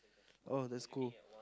oh that's cool